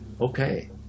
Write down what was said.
Okay